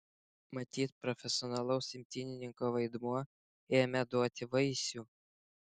matyt profesionalaus imtynininko vaidmuo ėmė duoti vaisių